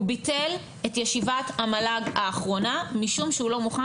הוא ביטל את ישיבת המל"ג האחרונה משום שהוא לא מוכן